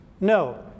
no